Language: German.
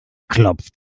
klopft